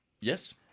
Yes